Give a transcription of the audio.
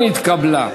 נתקבלה.